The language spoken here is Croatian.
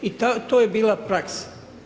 I to je bila praksa.